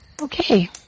Okay